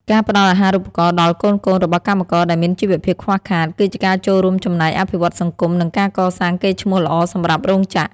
ការផ្ដល់អាហារូបករណ៍ដល់កូនៗរបស់កម្មករដែលមានជីវភាពខ្វះខាត គឺជាការចូលរួមចំណែកអភិវឌ្ឍសង្គម និងការកសាងកេរ្តិ៍ឈ្មោះល្អសម្រាប់រោងចក្រ។